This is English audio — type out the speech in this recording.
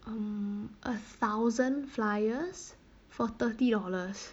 um a thousand flyers for thirty dollars